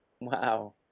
Wow